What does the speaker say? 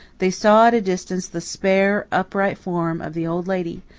they saw at a distance the spare, upright form of the old lady,